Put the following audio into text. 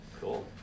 Cool